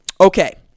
Okay